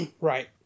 Right